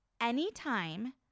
anytime